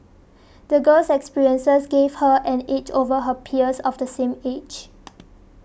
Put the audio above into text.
the girl's experiences gave her an edge over her peers of the same age